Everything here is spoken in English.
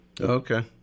Okay